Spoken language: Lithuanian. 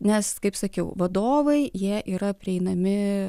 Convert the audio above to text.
nes kaip sakiau vadovai jie yra prieinami